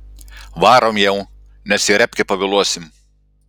varom jau nes į repkę pavėluosim